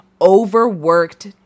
overworked